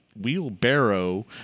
wheelbarrow